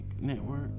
network